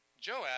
Joab